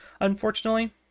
unfortunately